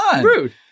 Rude